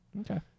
Okay